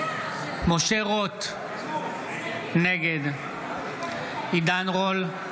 שמחה רוטמן, נגד עידן רול,